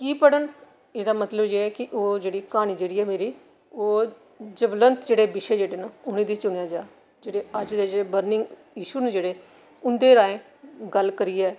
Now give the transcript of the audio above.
की पढ़न एह्दा मतलब ऐ कि ओह् जेह्ड़ी क्हानी जेह्ड़ी ऐ मेरी ओह् जबलंत जेह्डे़ विशे जेह्ड़े न उ'नें गी चुनेआ जा जेह्डे़ अज्ज दे बर्निगं इशू न जेह्डे़ उं'दे राहें गल्ल करियै